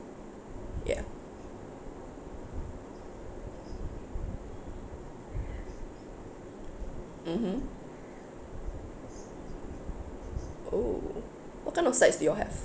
ya mmhmm oh what kind of sides do you all have